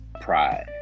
pride